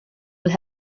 will